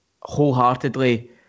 wholeheartedly